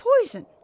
poison